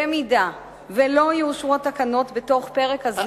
במידה שלא יאושרו התקנות בתוך פרק הזמן האמור,